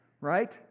right